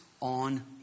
on